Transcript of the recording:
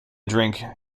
drink